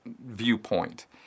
viewpoint